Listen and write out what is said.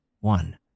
one